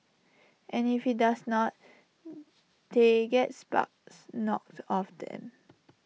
and if IT does not they get sparks knocked off them